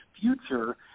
future